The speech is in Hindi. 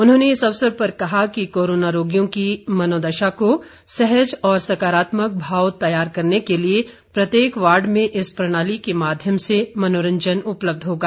उन्होंने इस अवसर पर कहा कि कोरोना रोगियों की मनोदशा को सहज और सकारात्मक भाव तैयार करने के लिए प्रत्येक वार्ड में इस प्रणाली के माध्यम से मनोरंजन उपलब्ध होगा